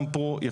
גם פה,